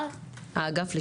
של